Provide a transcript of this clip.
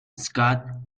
scott